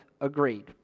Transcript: agreed